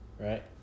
Right